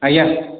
ଆଜ୍ଞା